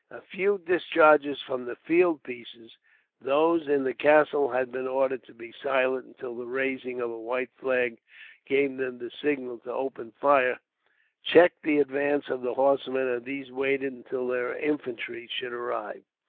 a few discharges from the field pieces those in the castle had been ordered to be silent until the raising of a white flag gave them the signal to open fire checked the advance of the horsemen, and these waited until their infantry should arrive.